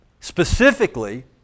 Specifically